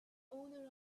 owner